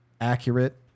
accurate